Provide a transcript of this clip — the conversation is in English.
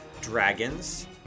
dragons